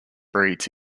breeds